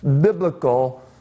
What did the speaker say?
Biblical